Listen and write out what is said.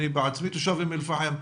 אני בעצמי תושב אום אל-פאחם.